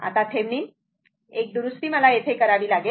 आता थेवेनिन एक दुरुस्ती मला येथे करावी लागेल